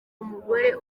umugore